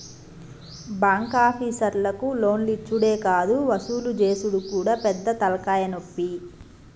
బాంకాపీసర్లకు లోన్లిచ్చుడే గాదు వసూలు జేసుడు గూడా పెద్ద తల్కాయనొప్పి